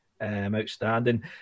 Outstanding